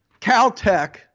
Caltech